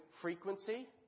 frequency